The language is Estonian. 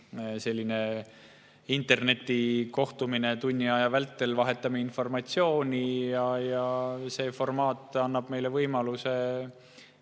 internetikohtumine, tunni aja vältel vahetame informatsiooni. See formaat annab meile võimaluse